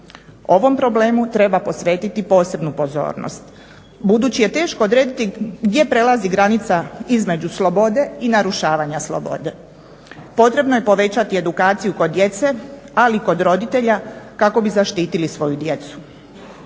Ovom problemu treba posvetiti posebnu pozornost. Budući je teško odrediti gdje prelazi granica između slobode i narušavanja slobode. Potrebno je povećati edukaciju kod djece ali i kod roditelja kako bi zaštitili svoju djecu.